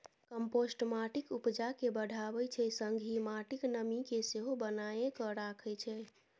compost माटिक उपजा केँ बढ़ाबै छै संगहि माटिक नमी केँ सेहो बनाए कए राखै छै